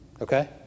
Okay